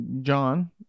john